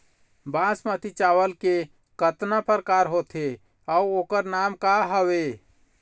बासमती चावल के कतना प्रकार होथे अउ ओकर नाम क हवे?